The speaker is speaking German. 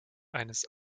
eines